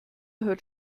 hört